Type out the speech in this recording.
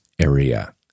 area